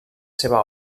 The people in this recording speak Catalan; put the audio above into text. seva